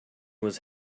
was